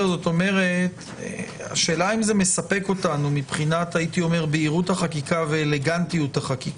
כלומר השאלה אם זה מספק אותנו מבחינת בהירות החקיקה והאלגנטיות שלה.